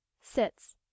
sits